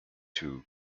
two